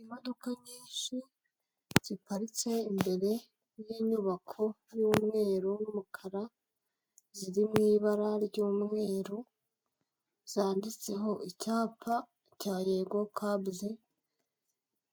Imodoka nyinshi ziparitse imbere y'inyubako y'umweru n'umukara ziri mu ibara ry'umweru, zanditseho icyapa cya yego kabuzi